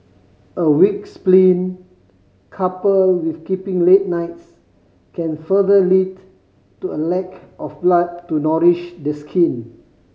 a weak spleen coupled with keeping late nights can further lead to a lack of blood to nourish the skin